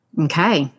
Okay